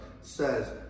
says